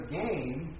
game